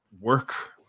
work